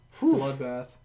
Bloodbath